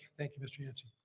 thank you, mr. yancey.